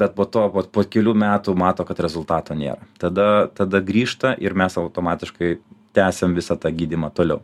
bet po to vat po kelių metų mato kad rezultato nėra tada tada grįžta ir mes automatiškai tęsiam visą tą gydymą toliau